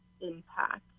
impact